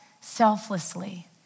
selflessly